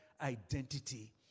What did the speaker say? identity